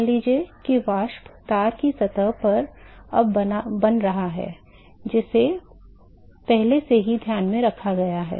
मान लीजिए कि वाष्प तार की सतह पर अब बन रहा है जिसे पहले से ही ध्यान में रखा गया है